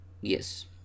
Yes